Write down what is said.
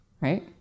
right